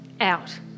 out